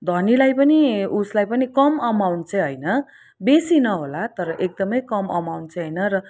धनीलाई पनि उसलाई पनि कम अमाउन्ट चाहिँ होइन बेसी नहोला तर एकदमै कम अमाउन्ट चाहिँ होइन र